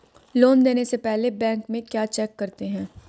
Loan देने से पहले बैंक में क्या चेक करते हैं?